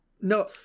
No